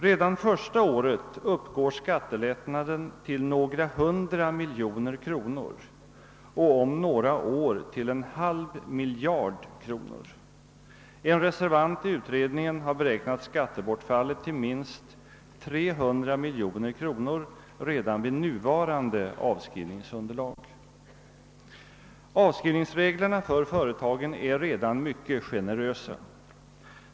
Redan första året uppgår skattelättnaden till några hundra miljoner kronor och belöper sig om några år till en halv miljard kronor. En reservant i utredningen har beräknat skattebortfallet till minst 300 miljoner kronor redan vid nuvarande avskrivningsunderlag. Avskrivningsreglerna för företagen är redan mycket generösa.